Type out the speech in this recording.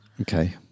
Okay